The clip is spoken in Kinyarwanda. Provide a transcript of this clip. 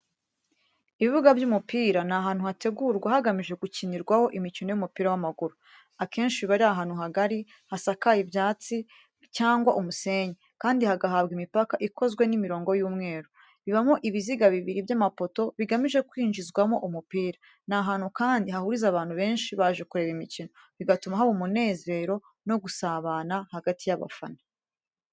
Ibibuga by’umupira ni ahantu hategurwa hagamijwe gukinirwaho imikino y’umupira w’amaguru. Akenshi biba ari ahantu hagari, hasakaye ibyatsi cyangwa umusenyi, kandi hagahabwa imipaka ikozwe n’imirongo y’umweru. Bibamo ibiziga bibiri by’amapoto, bigamije kwinjizwamo umupira. Ni ahantu kandi hahuriza abantu benshi baje kureba imikino, bigatuma haba umunezero no gusabana hagati y’abafana.